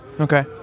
Okay